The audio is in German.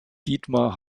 dietmar